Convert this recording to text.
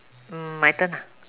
my turn ah